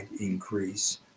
increase